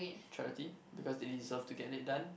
charity because they deserve to get it done